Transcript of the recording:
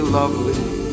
lovely